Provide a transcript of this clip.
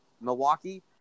Milwaukee